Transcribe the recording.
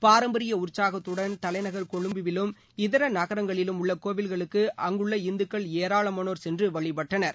பாரம்பரிய உற்சாகத்துடன் தலைநகர் கொழும்பிலும் இதர நகரங்களிலும் உள்ள கோவில்களுக்கு அங்குள்ள இந்துக்கள் ஏராளமானோா சென்று வழிபட்டனா